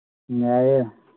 ꯌꯥꯏꯌꯦ